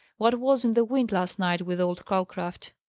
what was in the wind last night with old calcraft?